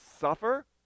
suffer